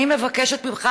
אני מבקשת ממך,